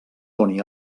doni